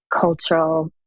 cultural